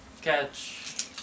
Catch